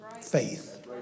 faith